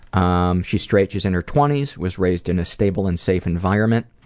um she's straight, she's in her twenty s, was raised in a stable and safe environment.